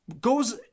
goes